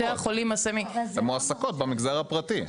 אבל הן מועסקות במגזר הפרטי,